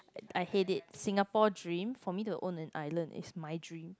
I hate it Singapore dream for me to own an island is my dream